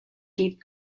kid